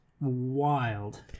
wild